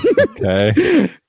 Okay